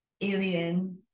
alien